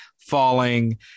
falling